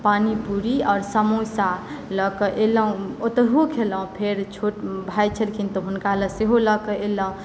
पानी पूड़ी आओर समोसा लऽ कऽ एलहुँ ओतहु खेलहुँ आ फेर छोट भाय छलखिन तऽ हुनका लेल सेहो लऽ कऽ एलहुँ